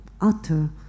utter